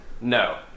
No